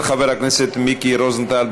של חבר הכנסת מיקי רוזנטל.